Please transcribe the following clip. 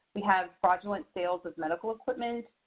we have fraudulent sales of medical equipment.